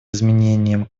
изменением